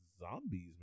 Zombies